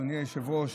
אדוני היושב-ראש,